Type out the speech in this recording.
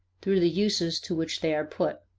through the uses to which they are put.